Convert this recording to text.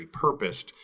repurposed